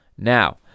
Now